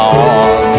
on